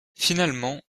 finalement